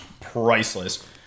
priceless